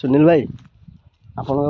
ସୁନୀଲ ଭାଇ ଆପଣଙ୍କ